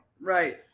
Right